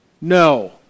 No